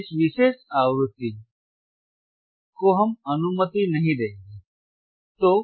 इस विशेष आवृत्ति ग्रीन बैंड green band को हम अनुमति नहीं देंगे